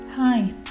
Hi